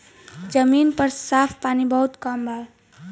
जमीन पर साफ पानी बहुत कम बावे